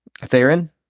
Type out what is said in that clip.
Theron